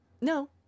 No